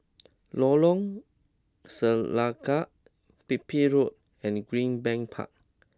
Lorong Selangat Pipit Road and Greenbank Park